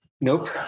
Nope